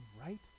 right